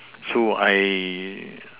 true I